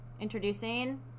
Introducing